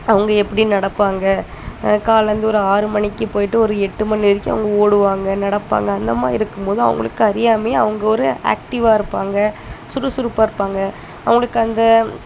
அவங்க எப்படி நடப்பாங்கள் காலைல வந்து ஒரு ஆறு மணிக்கு போய்ட்டு ஒரு எட்டு மணி வரைக்கும் அவங்க ஓடுவாங்கள் நடப்பாங்கள் அந்த மாதிரி இருக்கும்போது அவங்களுக்கு அறியாமையே அவங்க ஒரு ஆக்டிவாக இருப்பாங்கள் சுறுசுறுப்பாக இருப்பாங்கள் அவங்களுக்கு அந்த